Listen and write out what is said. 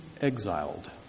exiled